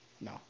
No